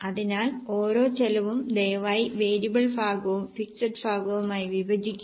അതിനാൽ ഓരോ ചെലവും ദയവായി വേരിയബിൾ ഭാഗവും ഫിക്സഡ് ഭാഗവും ആയി വിഭജിക്കുക